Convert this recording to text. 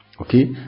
Okay